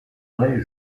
raie